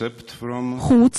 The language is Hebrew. חוץ